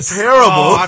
terrible